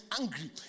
angry